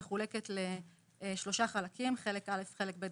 התוספת מחולקת לשלושה חלקים: חלק א', חלק ב'